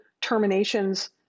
terminations